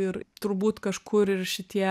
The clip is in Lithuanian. ir turbūt kažkur ir šitie